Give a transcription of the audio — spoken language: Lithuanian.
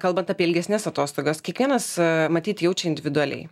kalbant apie ilgesnes atostogas kiekvienas matyt jaučia individualiai